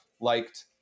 liked